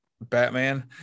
Batman